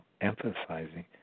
emphasizing